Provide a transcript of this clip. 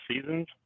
seasons